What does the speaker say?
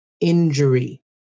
injury